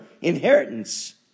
Inheritance